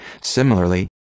Similarly